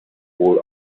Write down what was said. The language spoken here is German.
wohl